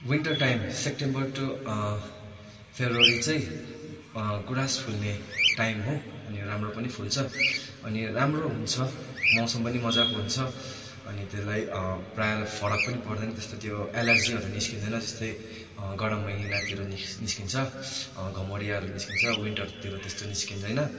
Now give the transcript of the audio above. winter time September to February चाहिँ गुराँस फुल्ने टाइम हो अनि राम्रो पनि फुल्छ अनि राम्रो हुन्छ मौसम पनि मजाको हुन्छ अनि त्यसलाई प्रायःलाई फरक पनि पर्दैन त्यस्तो त्यो एलरजीहरू निस्किँदैन जस्तै गरम महिनातिर निस्किन्छ घमौराहरू निस्किन्छ विन्टरतिर त्यस्तो निस्किँदैन